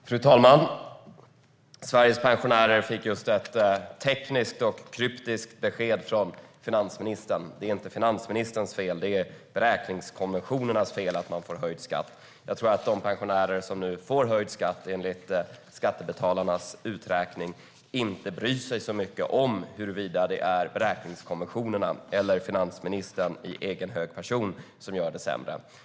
Fru talman! Sveriges pensionärer fick just ett tekniskt och kryptiskt besked från finansministern. Det är inte finansministerns fel. Det är beräkningskonventionernas fel att de får höjd skatt. Jag tror att de pensionärer som nu får höjd skatt enligt Skattebetalarnas uträkning inte bryr sig så mycket om huruvida det är beräkningskonventionerna eller finansministern i egen hög person som gör det sämre. Fru talman!